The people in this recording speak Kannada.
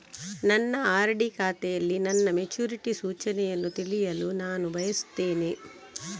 ನನ್ನ ಆರ್.ಡಿ ಖಾತೆಯಲ್ಲಿ ನನ್ನ ಮೆಚುರಿಟಿ ಸೂಚನೆಯನ್ನು ತಿಳಿಯಲು ನಾನು ಬಯಸ್ತೆನೆ